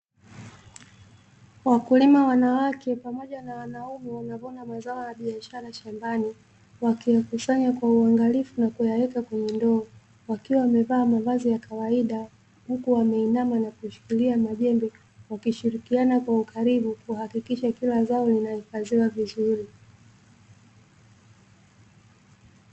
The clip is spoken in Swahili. Wakulima wanawake pamoja na wanaume wanavuna mazao ya biashara shambani, wakiyakusanya kwa uangalifu na kuyaweka kwenye ndoo, wakiwa wamevaa mavazi ya kawaida, huku wameinama na kushikilia majembe wakisharikiana kwa ukaribu, kuhakikisha kila zao linahifadhiwa vizuri.